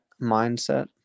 mindset